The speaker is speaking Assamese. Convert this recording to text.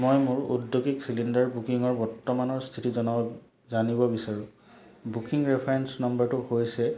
মই মোৰ ঔদ্যোগিক চিলিণ্ডাৰ বুকিঙৰ বৰ্তমানৰ স্থিতি জনাব জানিব বিচাৰোঁ বুকিং ৰেফাৰেঞ্চ নম্বৰটো হৈছে